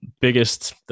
biggest